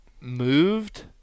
moved